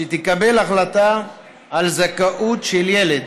שתקבל החלטה על זכאות של ילד